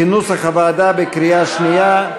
כנוסח הוועדה, בקריאה שנייה.